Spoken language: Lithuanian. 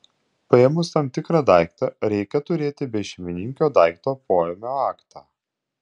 paėmus tam tikrą daiktą reikia turėti bešeimininkio daikto poėmio aktą